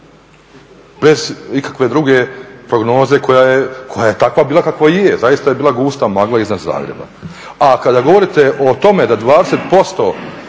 bez ikakve druge prognoze koja je takva bila kakva je. Zaista je bila gusta magla iznad Zagreba. A kada govorite o tome da 20%